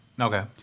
Okay